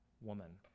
woman